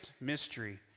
mystery